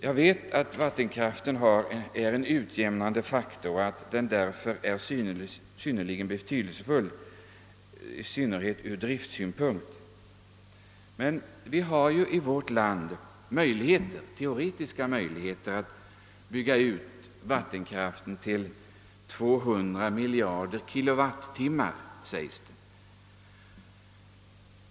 Jag vet att vattenkraften är en utjämnande faktor och att den därför är synnerligen betydelsefull, framför allt ur driftsynpunkt. Men vi har ju i vårt land åtminstone teoretiska möjligheter att bygga ut vattenkraften till 200 miljarder kilowattimmar, sägs det.